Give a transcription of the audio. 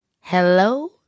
Hello